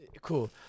Cool